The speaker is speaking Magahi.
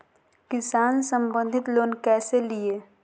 किसान संबंधित लोन कैसै लिये?